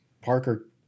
Parker